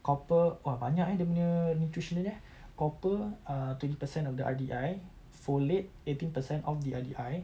copper !wah! banyak eh dia punya nutritional dia copper err twenty percent of the R_D_I folate eighteen percent of the R_D_I